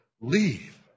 leave